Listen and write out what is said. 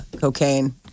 cocaine